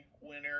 winner